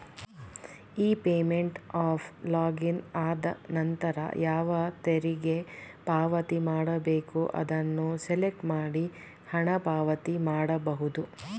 E payment ಅಫ್ login ಆದನಂತರ ಯಾವ ತೆರಿಗೆ ಪಾವತಿ ಮಾಡಬೇಕು ಅದನ್ನು ಸೆಲೆಕ್ಟ್ ಮಾಡಿ ಹಣ ಪಾವತಿ ಮಾಡಬಹುದು